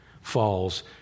falls